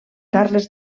carles